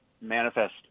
manifest